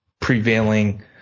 prevailing